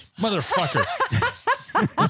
Motherfucker